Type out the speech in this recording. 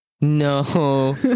No